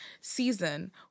season